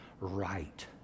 right